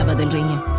um of the county